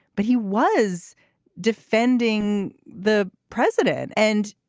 but he was defending the president. and